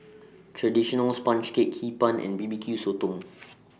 Traditional Sponge Cake Hee Pan and B B Q Sotong